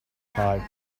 pipe